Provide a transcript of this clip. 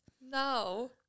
no